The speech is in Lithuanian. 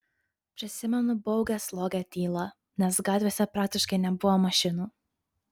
prisimenu baugią slogią tylą nes gatvėse praktiškai nebuvo mašinų